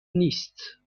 نیست